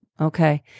Okay